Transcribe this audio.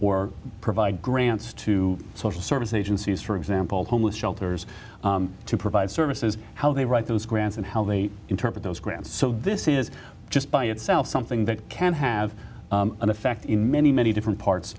or provide grants to social service agencies for example homeless shelters to provide services how they write those grants and how they interpret those grants so this is just by itself something that can have an effect in many many different parts